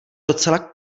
docela